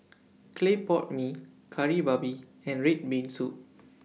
Clay Pot Mee Kari Babi and Red Bean Soup